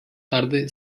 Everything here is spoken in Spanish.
tarde